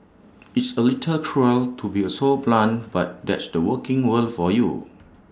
it's A little cruel to be so blunt but that's the working world for you